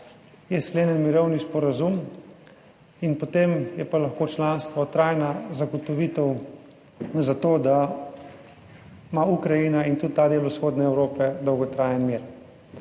je sklenjen mirovni sporazum in potem je pa lahko članstvo trajna zagotovitev za to, da ima Ukrajina in tudi ta del vzhodne Evrope dolgotrajen mir.